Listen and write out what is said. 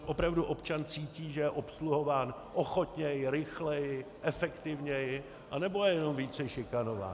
Opravdu občan cítí, že je obsluhován ochotněji, rychleji, efektivněji, anebo je jenom více šikanován?